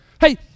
Hey